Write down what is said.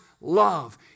love